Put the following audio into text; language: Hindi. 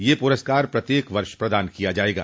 यह पुरस्कार प्रत्येक वर्ष प्रदान किया जाएगा